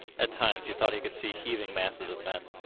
at times he thought he could see heaving masses of men.